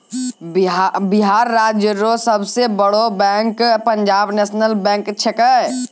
बिहार राज्य रो सब से बड़ो बैंक पंजाब नेशनल बैंक छैकै